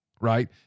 right